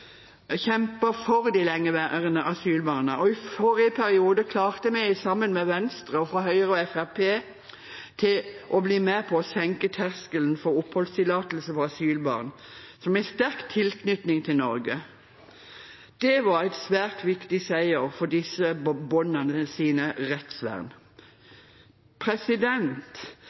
og i forrige periode klarte vi, sammen med Venstre, å få Høyre og Fremskrittspartiet til å bli med på å senke terskelen for oppholdstillatelse for asylbarn som har sterk tilknytning til Norge. Det var en svært viktig seier for disse